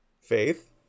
faith